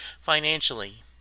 financially